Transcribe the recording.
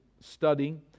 studying